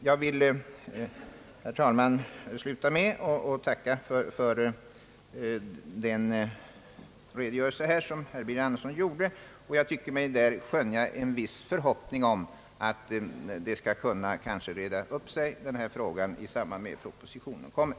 Jag vill sluta med att tacka för den redogörelse som herr Birger Andersson lämnade. Jag tycker mig däri skönja en viss förhoppning om att det skall kunna reda upp sig i den här frågan i samband med att propositionen kommer.